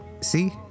See